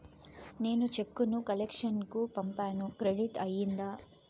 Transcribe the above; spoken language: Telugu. నేను చెక్కు ను కలెక్షన్ కు పంపాను క్రెడిట్ అయ్యిందా